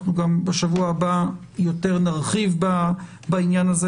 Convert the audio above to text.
בשבוע הבא נרחיב יותר בעניין הזה,